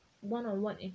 one-on-one